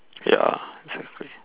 ya basically